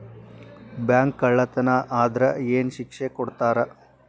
Bank ಕಳ್ಳತನಾ ಆದ್ರ ಏನ್ ಶಿಕ್ಷೆ ಕೊಡ್ತಾರ?